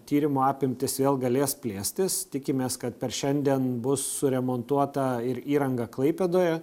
tyrimo apimtys vėl galės plėstis tikimės kad per šiandien bus suremontuota ir įranga klaipėdoje